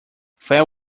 fair